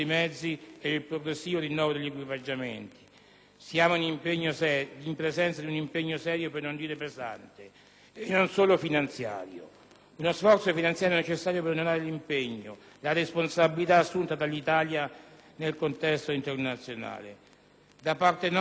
E non solo finanziariamente. Uno sforzo finanziario necessario per onorare l'impegno, la responsabilità assunta dall'Italia nel contesto internazionale. Da parte nostra confermiamo il sostegno che abbiamo votato sia quando eravamo al Governo, sia quando eravamo, come oggi, all'opposizione.